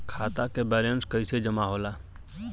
खाता के वैंलेस कइसे जमा होला?